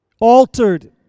Altered